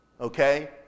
Okay